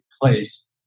place